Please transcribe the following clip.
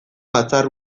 batzar